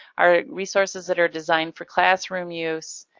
our resources that are designed for classroom use,